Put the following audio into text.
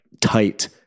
tight